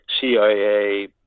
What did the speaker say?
CIA